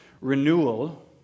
renewal